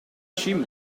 cheam